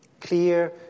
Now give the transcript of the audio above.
Clear